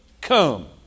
come